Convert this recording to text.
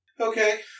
Okay